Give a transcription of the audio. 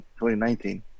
2019